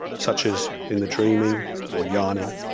such as in the dreaming or yarning.